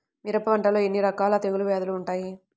మిరప పంటలో ఎన్ని రకాల తెగులు వ్యాధులు వుంటాయి?